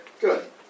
Good